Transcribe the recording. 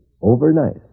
Overnight